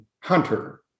hunter